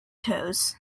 toes